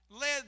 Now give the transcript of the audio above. led